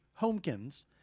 Homekins